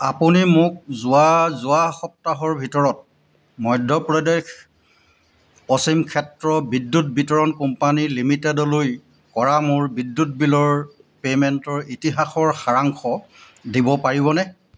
আপুনি মোক যোৱা যোৱা সপ্তাহৰ ভিতৰত মধ্যপ্ৰদেশ পশ্চিম ক্ষেত্ৰ বিদ্যুৎ বিতৰণ কোম্পানী লিমিটেডলৈ কৰা মোৰ বিদ্যুৎ বিলৰ পে'মেণ্টৰ ইতিহাসৰ সাৰাংশ দিব পাৰিবনে